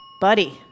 Buddy